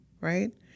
right